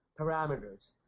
parameters